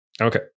Okay